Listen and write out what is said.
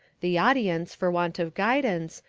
the audience, for want of guidance,